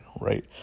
right